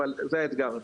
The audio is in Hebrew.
זה האתגר,